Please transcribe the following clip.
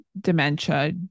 dementia